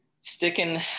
sticking